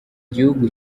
gihugu